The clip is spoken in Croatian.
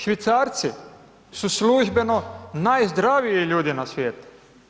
Švicarci su službeno najzdraviji ljudi na svijetu.